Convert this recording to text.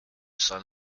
son